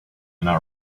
not